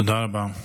תודה רבה.